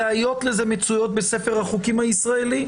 הראיות לזה מצויות בספר החוקים הישראלי.